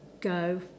go